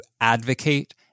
advocate